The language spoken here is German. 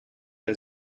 der